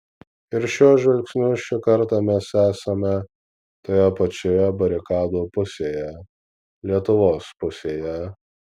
ir šiuo žvilgsniu šį kartą mes esame toje pačioje barikadų pusėje lietuvos pusėje